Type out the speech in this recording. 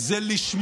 וערכים זה לשמור,